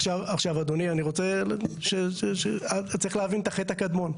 עכשיו, אדוני, צריך להבין את החטא הקדמון.